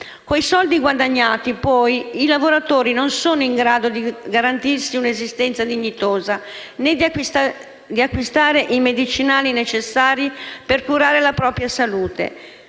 Con i soldi guadagnati, poi, i lavoratori non sono in grado di garantirsi un'esistenza dignitosa, né di acquistare i medicinali necessari per curare la propria salute,